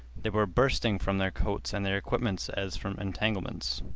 they were bursting from their coats and their equipments as from entanglements.